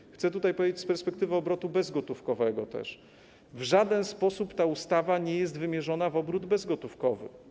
I chcę tutaj też powiedzieć z perspektywy obrotu bezgotówkowego, że w żaden sposób ta ustawa nie jest wymierzona w obrót bezgotówkowy.